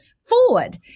forward